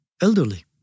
elderly